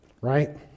Right